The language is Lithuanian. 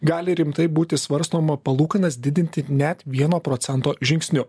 gali rimtai būti svarstoma palūkanas didinti net vieno procento žingsniu